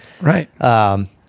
Right